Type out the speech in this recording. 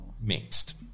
Mixed